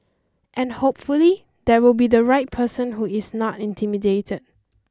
and hopefully there will be the right person who is not intimidated